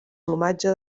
plomatge